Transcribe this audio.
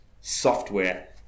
software